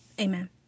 amen